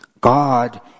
God